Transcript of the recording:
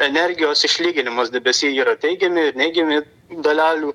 energijos išlyginimas debesy jie yra teigiami neigiami dalelių